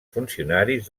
funcionaris